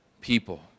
people